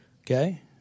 Okay